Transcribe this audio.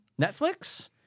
Netflix